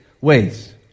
ways